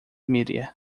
media